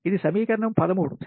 ఇది సమీకరణం 13 సరే